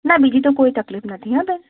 ના બીજી તો કઈ તકલીફ નથી હો ભાઈ